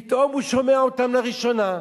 פתאום הוא שומע אותן לראשונה.